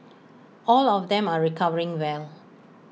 all of them are recovering well